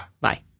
Bye